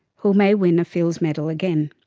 who may win a fields medal again.